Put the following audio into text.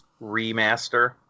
remaster